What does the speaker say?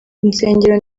insengero